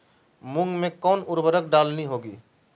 मूंग में कौन उर्वरक डालनी होगी?